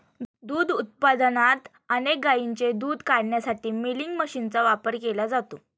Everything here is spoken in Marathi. दूध उत्पादनात अनेक गायींचे दूध काढण्यासाठी मिल्किंग मशीनचा वापर केला जातो